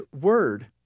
word